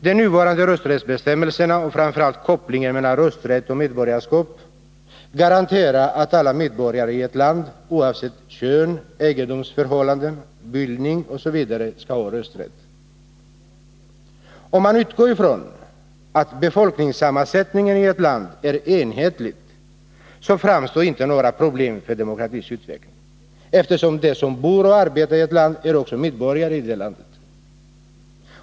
De nuvarande rösträttsbestämmelserna, och framför allt kopplingen mellan rösträtt och medborgarskap, garanterar att alla medborgare i ett land, oavsett kön, egendomsförhållanden, bildning osv. skall ha rösträtt. Om man utgår ifrån att befolkningssammansättningen i ett land är enhetlig, så framkommer inte några problem för demokratins utveckling, eftersom de som bor och arbetar i ett land också är medborgare i det landet.